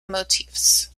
motifs